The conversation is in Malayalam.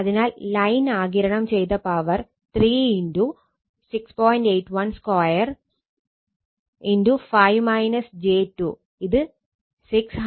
അതിനാൽ ലൈൻ ആഗിരണം ചെയ്ത പവർ 3 × ഇത് 695